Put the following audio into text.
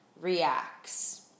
reacts